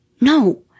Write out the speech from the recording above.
No